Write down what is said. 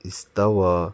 Istawa